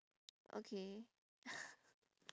okay